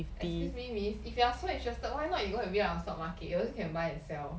excuse me miss if you are so interested why not you go out and bid on the stock market you also can buy and sell